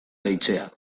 deitzea